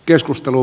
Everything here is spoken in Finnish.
keskustelu